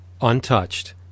untouched